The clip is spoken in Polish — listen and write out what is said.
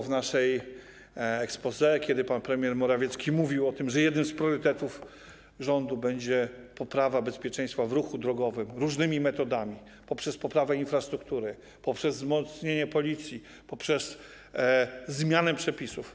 W exposé pan premier Morawiecki mówił o tym, że jednym z priorytetów rządu będzie poprawa bezpieczeństwa w ruchu drogowym różnymi metodami: poprzez poprawę infrastruktury, poprzez wzmocnienie Policji i poprzez zmiany przepisów.